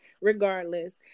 regardless